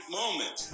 moment